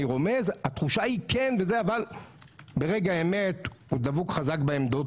רומז התחושה היא כן אבל ברגע האמת הוא דבוק חזק בעמדות